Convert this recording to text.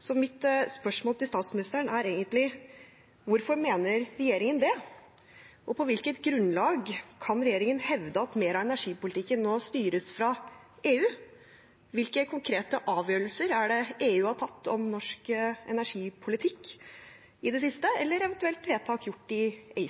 så mitt spørsmål til statsministeren er egentlig: Hvorfor mener regjeringen det? Og på hvilket grunnlag kan regjeringen hevde at mer av energipolitikken nå styres fra EU? Hvilke konkrete avgjørelser er det EU har tatt om norsk energipolitikk i det siste – eller eventuelt vedtak gjort i